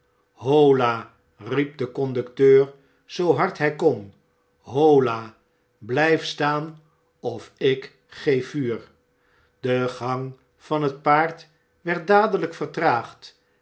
hola riep de conducteur zoo hard mj kon hola bljjf staan of ik geef vuur de gang van het paard werd dadeljjk vertraagd